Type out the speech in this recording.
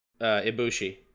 Ibushi